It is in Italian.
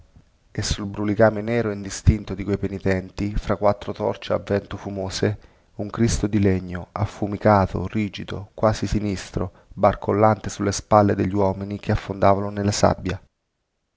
e sul brulicame nero e indistinto di quei penitenti fra quattro torce a vento fumose un cristo di legno affumicato rigido quasi sinistro barcollante sulle spalle degli uomini che affondavano nella sabbia